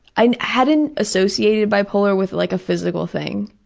and hadn't associated bipolar with like a physical thing,